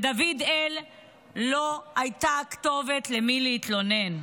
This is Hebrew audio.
לדוד-אל לא הייתה כתובת למי להתלונן.